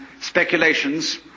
speculations